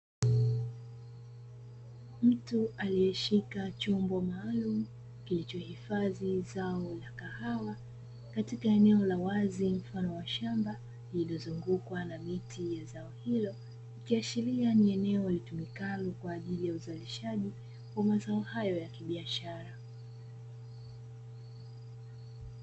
Mtu aliyeshika chombo maalumu kilichohifadhi zao la kahawa, katika eneo la wazi mfano wa shamba; lililozungukwa na miti ya zao hilo, ikiashiria ni eneo litumikalo kwa ajili ya uzalishaji wa mazao hayo ya kibiashara.